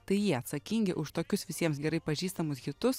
tai jie atsakingi už tokius visiems gerai pažįstamus hitus